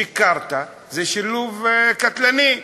שיקרת, זה שילוב קטלני.